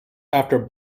after